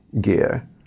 gear